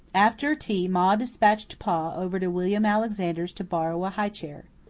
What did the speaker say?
after tea ma despatched pa over to william alexander's to borrow a high chair.